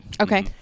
Okay